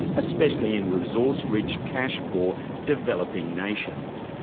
especially in resource-rich, cash-poor developing nations.